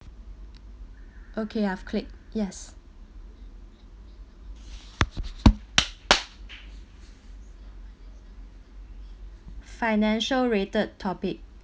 okay I've clicked yes financial-related topic